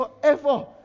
forever